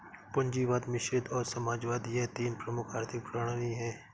पूंजीवाद मिश्रित और समाजवाद यह तीन प्रमुख आर्थिक प्रणाली है